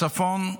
הצפון.